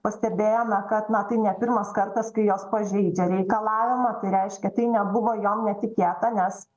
pastebėjome kad na tai ne pirmas kartas kai jos pažeidžia reikalavimą tai reiškia tai nebuvo jom netikėta nes